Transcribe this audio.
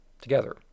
together